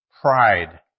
pride